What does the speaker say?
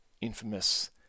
infamous